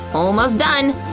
almost done!